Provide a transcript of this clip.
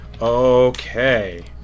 Okay